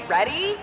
Ready